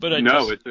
No